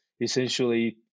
essentially